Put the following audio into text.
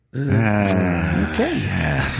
Okay